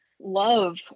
love